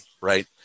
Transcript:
Right